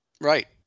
Right